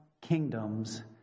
kingdoms